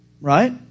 right